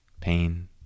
Pain